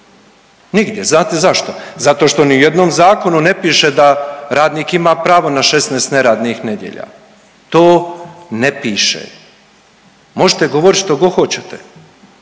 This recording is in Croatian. Nigdje. Znate zašto? Zato što ni u jednom zakonu ne piše da radnik ima pravo na 16 neradnih nedjelja, to ne piše. Možete govorit što god hoćete,